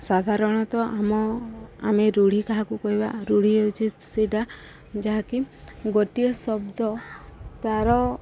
ସାଧାରଣତଃ ଆମ ଆମେ ରୂଢ଼ି କାହାକୁ କହିବା ରୂଢ଼ି ହେଉଛି ସେଇଟା ଯାହାକି ଗୋଟିଏ ଶବ୍ଦ ତା'ର